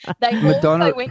Madonna